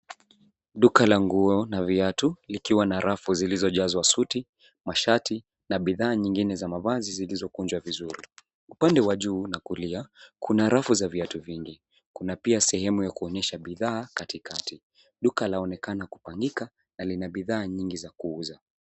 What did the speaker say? Duka la nguo na viatu likiwa na rafu zilizojazwa suti, mashati na bidhaa nyingine za mavazi zilizokunjwa vizuri. Upande wa juu a kulia kuna rafu za viatu vingi. Kuna pia sehemu ya kuonyesha bidhaa katikati. Duka laonekana kupangika na lina bidhaa nyingi za kuuza.